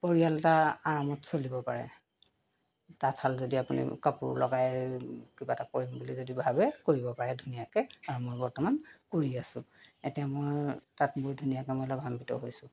পৰিয়াল এটা আৰামত চলিব পাৰে তাঁতশাল যদি আপুনি কাপোৰ লগাই কিবা এটা কৰিম বুলি যদি ভাবে কৰিব পাৰে ধুনীয়াকৈ আৰু মই বৰ্তমান কৰি আছো এতিয়া মই তাত বহুত ধুনীয়াকৈ মই লাভান্বিত হৈছোঁ